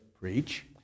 preach